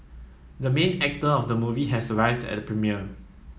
the main actor of the movie has arrived at the premiere